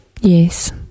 Yes